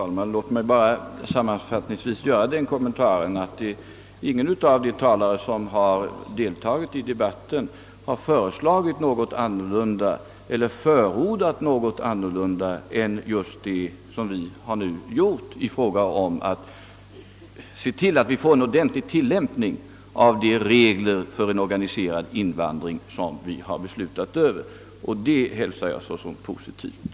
Herr talman! Låt mig bara sammanfattningsvis göra den kommentaren, att ingen av de talare som har deltagit i denna debatt har föreslagit eller förordat något annat än just det som vi nu har gjort i fråga om att se till att vi får en ordentlig tillämpning av de regler för en organiserad invandring som vi beslutat om — och det hälsar jag såsom positivt.